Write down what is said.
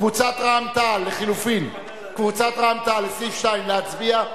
קבוצת רע"ם-תע"ל, לחלופין לסעיף 2, להצביע?